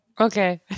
Okay